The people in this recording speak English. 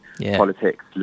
politics